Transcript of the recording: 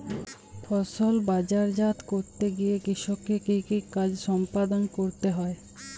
ফসল বাজারজাত করতে গিয়ে কৃষককে কি কি কাজ সম্পাদন করতে হয়?